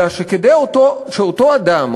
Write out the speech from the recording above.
אלא כדי שאותו אדם,